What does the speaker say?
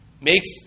makes